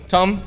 Tom